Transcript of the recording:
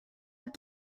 this